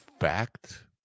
fact